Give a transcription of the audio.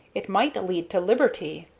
it might lead to liberty,